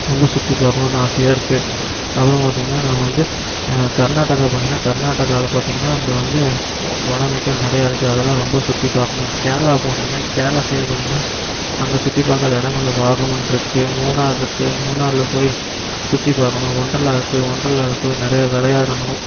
அங்கே சுற்றி பார்க்கணுன்னு ஆசையாக இருக்கு அப்புறம் பார்த்தீங்கன்னா நாங்கள் வந்து கர்நாடகா போனீங்கன்னா கர்நாட்டகாவில பார்த்தீங்கன்னா அங்கே வந்து ஓ வளமிக்க நிறையா இருக்கு அதெல்லாம் ரொம்ப சுற்றி பார்க்கணும் கேரளா போனீங்கன்னா கேரளா சைடு போனீங்கன்னா அங்கே சுற்றி பார்க்காத இடங்கள பார்க்கணுன்னு இருக்கு மூணார் இருக்கு மூணாரில் போய் சுற்றி பார்க்கணும் ஒண்டர்லா இருக்கு ஒண்டர்லாவில போய் நிறைய விளையாடணும்